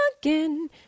again